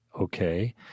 Okay